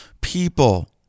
people